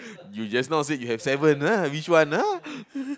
you just now said you have seven ah which one ah